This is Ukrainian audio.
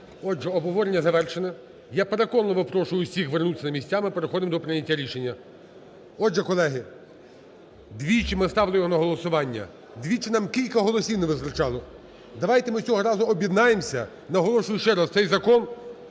Отже, обговорення завершено. Я переконливо прошу усіх вернутися на місця. Ми переходимо до прийняття рішення. Отже, колеги, двічі ми ставили його на голосування, двічі нам кілька голосів не вистачало. Давайте ми цього разу об'єднаємося. Наголошую ще раз, цей закон